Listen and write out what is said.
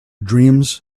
dreams